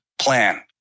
plan